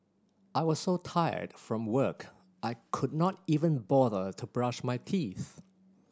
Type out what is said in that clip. I was so tired from work I could not even bother to brush my teeth